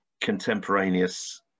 contemporaneous